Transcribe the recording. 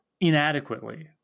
inadequately